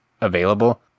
available